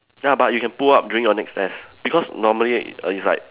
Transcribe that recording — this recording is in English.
ya but you can pull up during your next test because normally it's like